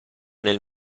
nel